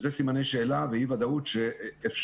אלה סימני שאלה ואי ודאות שאפשר